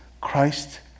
Christ